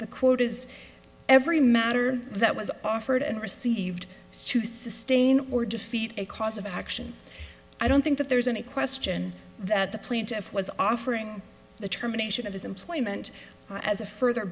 is every matter that was offered and received to sustain or defeat a cause of action i don't think that there's any question that the plaintiff was offering the terminations of his employment as a further